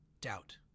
doubt